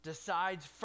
decides